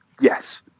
Yes